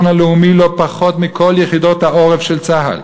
הלאומי לא פחות מכל יחידות העורף של צה"ל.